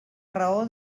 raó